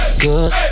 good